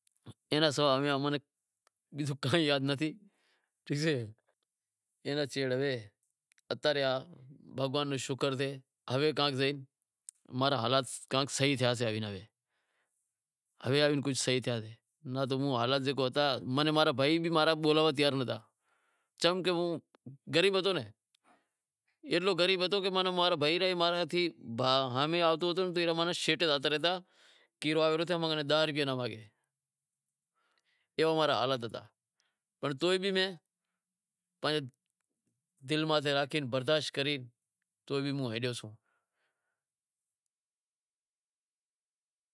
ماں کاں یاد نتھی ٹھیک سے ایئاں ناں چھیڑ سے بھگوان رو شکر سے، ہوے ماں را حالات کینہنک صحیح تھیا سے۔ ہوے آوے کہینک صحیح تھیا سے ناں تاں حالات جکو ہتا امارا بھائی بھی ام کن بولوا لا تیار ناں ہتا، چم کہ ہوں غریب ہتو ناں، اتلو غریب ہوتو کہ موں ہامھوں آتو تو ماں را بھائی شیٹا زاتا رہتا کہ ای آوی رہیو متاں ام کن داہ روپیا ناں مانگے، ایوا امارا حالات ہتاپنڑ تو ئی بھی میں پانجی دل ماتھے راکھے برداشت کری تو ئے موں ہالیو سوں،